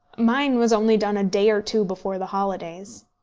mine was only done a day or two before the holidays.